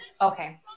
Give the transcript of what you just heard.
Okay